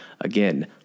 again